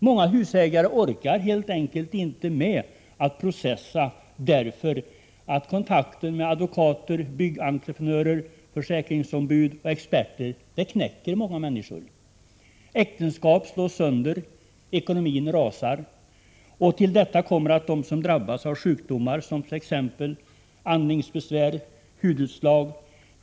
Många husägare orkar helt enkelt inte med att processa, därför att kontakten med advokater, byggentreprenörer, försäkringsombud och experter knäcker dem. Äktenskap slås sönder och ekonomin rasar. Till detta kommer att de som drabbas av sjukdomar som t.ex. andningsbesvär och hudutslag etc.